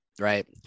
right